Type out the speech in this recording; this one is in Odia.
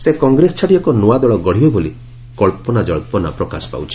ସେ କଂଗ୍ରେସ ଛାଡ଼ି ଏକ ନୂଆ ଦଳ ଗଢ଼ିବେ ବୋଲି କଳ୍ପନା ଜନ୍ସନା ପ୍ରକାଶ ପାଉଛି